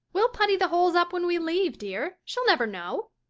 we'll putty the holes up when we leave, dear she'll never know,